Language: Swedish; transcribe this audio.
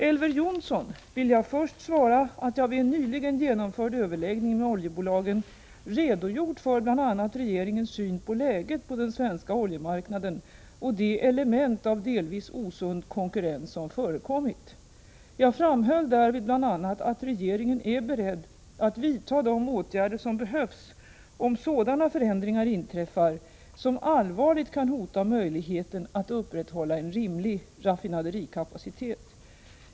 Elver Jonsson vill jag först svara att jag vid en nyligen genomförd överläggning med oljebolagen redogjort för bl.a. regeringens syn på läget på den svenska oljemarknaden och de element av delvis osund konkurrens som förekommit. Jag framhöll därvid bl.a. att regeringen är beredd att vidta de åtgärder som behövs om sådana förändringar inträffar som allvarligt kan hota möjligheterna att upprätthålla en rimlig raffinaderikapacitet.